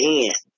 end